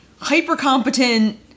hyper-competent